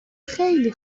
خیلی